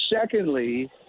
secondly